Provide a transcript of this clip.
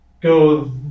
go